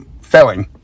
failing